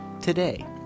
today